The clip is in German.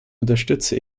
unterstütze